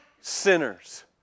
sinners